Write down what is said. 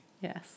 Yes